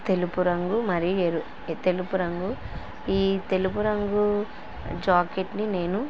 తెలుపు రంగు మరియు ఎరుపు తెలుపు రంగు ఈ తెలుపు రంగు జాకెట్ని నేను